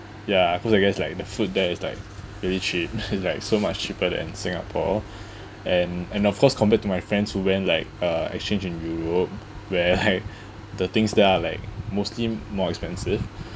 ya cause you guys like the food there is like really cheap it's like so much cheaper than singapore and and of course compared to my friends who went like uh exchange in europe where like the things there are like mostly more expensive